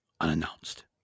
unannounced